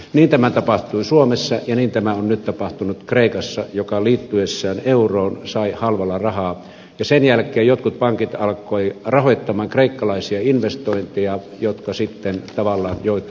niin tämä tapahtui suomessa ja niin tämä on nyt tapahtunut kreikassa joka liittyessään euroon sai halvalla rahaa ja sen jälkeen jotkut pankit alkoivat rahoittaa kreikkalaisia investointeja jotka sitten tavallaan joutuivat tyhjän päälle